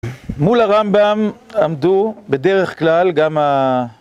מול הרמב'ם עמדו בדרך כלל גם ה...